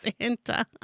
Santa